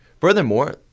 furthermore